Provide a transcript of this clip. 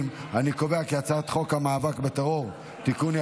הצעת חוק המאבק בטרור (תיקון,